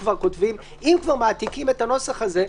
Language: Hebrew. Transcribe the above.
אם כבר מעתיקים את הנוסח הזה,